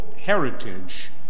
heritage